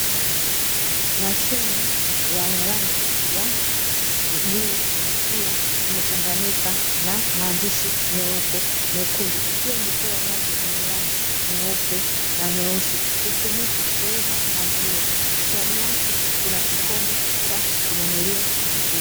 Mashine ya yenye rangi ya bluu ikiwa imechanganyika na maandishi meupe, myekundu; ikiwa imechorwa ng'ombe mwenye rangi nyeupe na nyeusi; hutumika kuuza maziwa. Ndani yake kuna kikombe cha kununulia maziwa.